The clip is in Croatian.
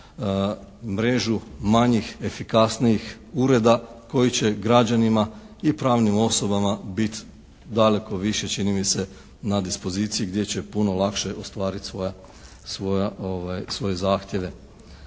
mrežu manjih, efikasnijih ureda koji će građanima i pravnim osobama biti daleko više čini mi se na dispoziciji gdje će puno lakše ostvariti svoja, svoje zahtjeve.